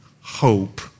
hope